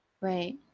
right